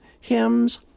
hymns